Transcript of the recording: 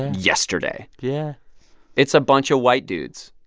yesterday yeah it's a bunch of white dudes.